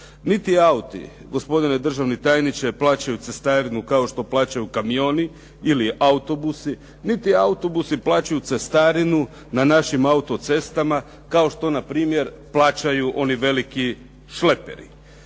Niti auti, gospodine državni tajniče, plaćaju cestarinu kao što plaćaju kamioni ili autobusi, niti autobusi plaćaju cestarinu na našim autocestama kao što npr. plaćaju oni veliki šleperi.